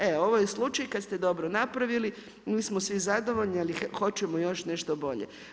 E ovo je slučaj, kad ste dobro napravili, mi smo svi zadovoljni, ali hoćemo još nešto bolje.